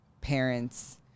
parents